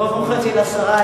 ברוב מוחץ של עשרה,